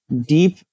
deep